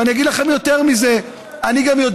ואני אגיד לכם יותר מזה: אני יודע